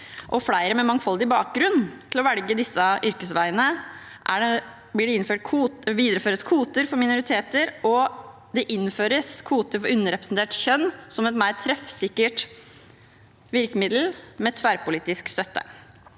flere med mangfoldig bakgrunn til å velge disse yrkesveiene videreføres kvoter for minoriteter, og det innføres kvoter for underrepresentert kjønn som et mer treffsikkert virkemiddel, med tverrpolitisk støtte.